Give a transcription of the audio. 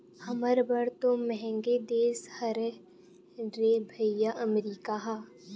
हमर बर तो मंहगे देश हरे रे भइया अमरीका ह